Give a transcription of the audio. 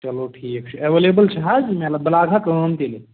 چلو ٹھیٖک اٮ۪وٮ۪لیبٔل چھُ حظ بہٕ لاگہٕ ہا کٲم تیٚلہِ